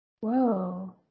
Whoa